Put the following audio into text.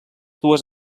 dues